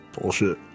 Bullshit